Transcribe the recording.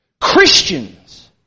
Christians